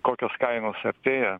kokios kainos artėja